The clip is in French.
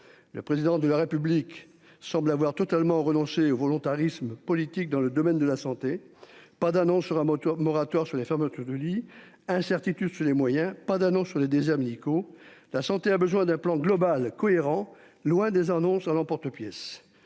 Le président de la République semble avoir totalement renoncé au volontarisme politique dans le domaine de la santé. Pas d'annonce sur un moteur, moratoire sur les fermetures de lits. Incertitudes sur les moyens, pas d'annonce sur les déserts médicaux. La santé a besoin d'un plan global, cohérent, loin des annonces à l'emporte-pièce.